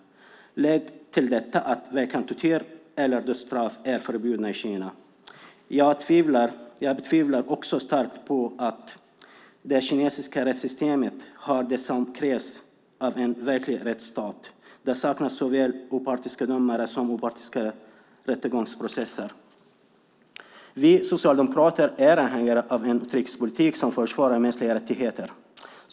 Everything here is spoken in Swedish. Lägg till detta att varken tortyr eller dödsstraff är förbjudna i Kina. Jag betvivlar också starkt att det kinesiska rättssystemet har det som krävs av en verklig rättsstat; det saknas såväl opartiska domare som opartiska rättegångsprocesser. Vi socialdemokrater är anhängare av en utrikespolitik som försvarar mänskliga rättigheter.